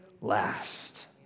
last